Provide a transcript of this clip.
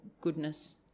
goodness